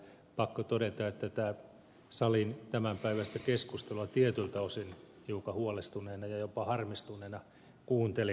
pakko todeta että salin tämänpäiväistä keskustelua tietyiltä osin hiukan huolestuneena ja jopa harmistuneena kuuntelin